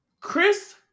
Chris